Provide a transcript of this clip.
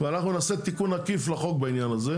ואנחנו נעשה תיקון עקיף לחוק בעניין הזה.